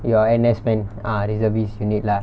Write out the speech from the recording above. your N_S man ah reservist unit lah